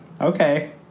Okay